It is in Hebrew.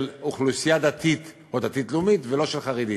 אוכלוסייה דתית או דתית-לאומית ולא חרדית,